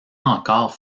encore